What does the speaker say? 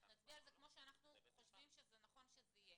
כמו שאנחנו חושבים שזה נכון שזה יהיה.